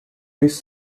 this